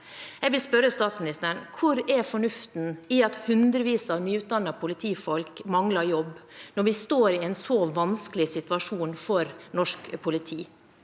Jeg vil spørre statsministeren: Hvor er fornuften i at hundrevis av nyutdannede politifolk mangler jobb, når vi står i en så vanskelig situasjon for norsk politi?